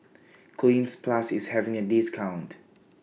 Cleanz Plus IS having A discount